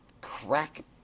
crack